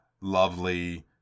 lovely